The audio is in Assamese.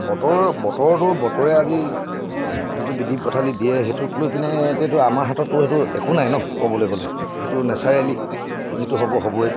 বতৰ বতৰৰতো বতৰে আজি যিটো বিধি পথালি দিয়ে সেইটোক লৈ পিনে এতিয়াতো আমাৰ হাতততো এইটো একো নাই ন ক'বলৈ গ'লে সেইটো নেচাৰেলি যিটো হ'ব হ'বই